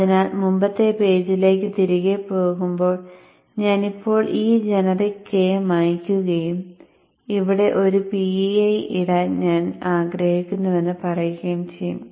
അതിനാൽ മുമ്പത്തെ പേജിലേക്ക് തിരികെ പോകുമ്പോൾ ഞാൻ ഇപ്പോൾ ഈ ജനറിക് K മായ്ക്കുകയും ഇവിടെ ഒരു PI ഇടാൻ ഞാൻ ആഗ്രഹിക്കുന്നുവെന്ന് പറയുകയും ചെയ്യും